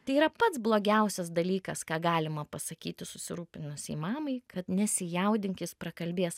tai yra pats blogiausias dalykas ką galima pasakyti susirūpinusiai mamai kad nesijaudink jis prakalbės